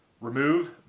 remove